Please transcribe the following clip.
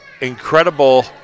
incredible